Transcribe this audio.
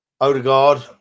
Odegaard